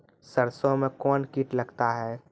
सरसों मे कौन कीट लगता हैं?